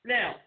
Now